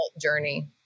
journey